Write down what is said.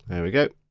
there we go.